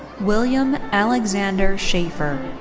william alexander schafer.